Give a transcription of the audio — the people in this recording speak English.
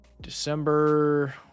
December